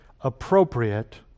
appropriate